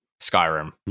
Skyrim